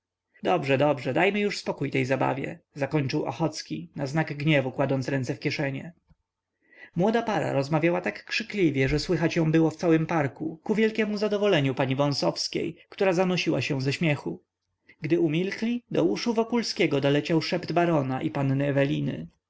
dobrze dobrze dajmy już spokój tej zabawie zakończył ochocki na znak gniewu kładąc ręce w kieszenie młoda para rozmawiała tak krzykliwie że słychać ją było w całym parku ku wielkiemu zadowoleniu pani wąsowskiej która zanosiła się ze śmiechu gdy umilkli do uszu wokulskiego doleciał szept barona i panny eweliny